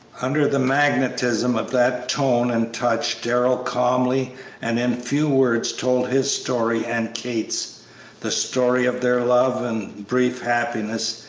under the magnetism of that tone and touch darrell calmly and in few words told his story and kate's the story of their love and brief happiness,